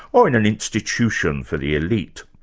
or in an institution for the elite.